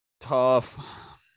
Tough